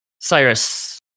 Cyrus